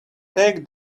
take